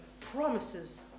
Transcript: promises